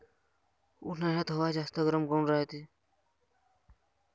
उन्हाळ्यात हवा जास्त गरम काऊन रायते?